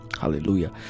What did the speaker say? hallelujah